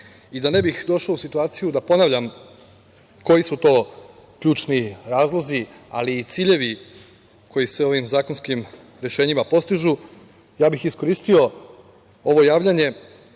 Da ne bih došao u situaciju da ponavljam koji su to ključni razlozi, ali i ciljevi koji se ovim zakonskim rešenjima postižu, ja bih iskoristio ovo javljanje. Danas